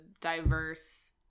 diverse